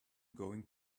going